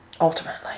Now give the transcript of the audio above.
ultimately